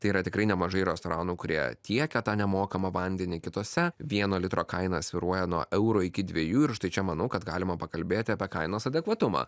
tai yra tikrai nemažai restoranų kurie tiekia tą nemokamą vandenį kitose vieno litro kaina svyruoja nuo euro iki dviejų ir štai čia manau kad galima pakalbėti apie kainos adekvatumą